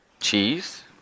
cheese